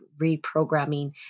reprogramming